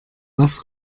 was